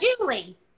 Julie